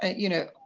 ah you know,